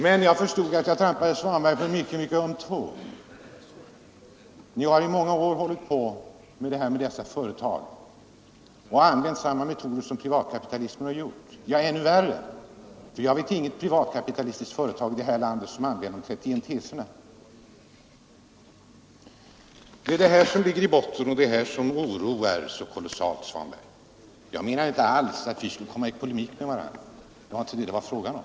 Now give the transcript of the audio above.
Men jag förstår att jag trampade herr Svanberg på en mycket öm tå. Ni har i många år hållit på med dessa företag och använt samma metoder som privatkapitalismen, ja ännu värre. Jag vet inget privatkapitalistiskt företag i det här landet som använder de 31 teserna. Det är det som ligger i botten och det är detta som oroar så kolossalt, herr Svanberg. Jag menade inte alls att vi skulle komma i polemik med varandra. Det var inte fråga om det.